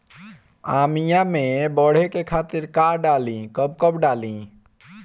आमिया मैं बढ़े के खातिर का डाली कब कब डाली?